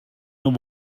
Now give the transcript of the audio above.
naar